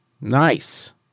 Nice